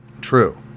True